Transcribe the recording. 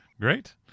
Great